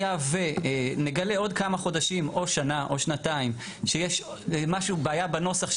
היה ונגלה עוד כמה חודשים או שנה או שנתיים שיש בעיה בנוסח,